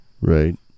Right